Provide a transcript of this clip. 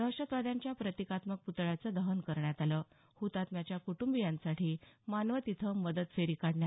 दहशतवाद्यांच्या प्रतिकात्मक पुतळ्याचं दहन करण्यात आलं हुतात्म्यांच्या कुटूंबियांसाठी मानवत इथं मदत फेरी काढण्यात आली